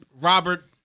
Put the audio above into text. Robert